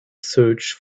search